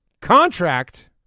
contract